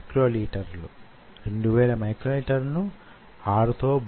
micro electro mechanical systems bio